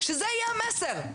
שזה יהיה המסר.